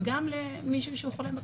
וגם למישהו שהוא חולה בקהילה.